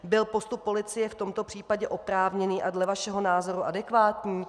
Byl postup policie v tomto případě oprávněný a dle vašeho názoru adekvátní?